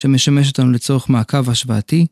שמשמש אותנו לצורך מעקב השוואתי.